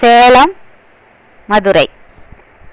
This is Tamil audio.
சேலம் மதுரை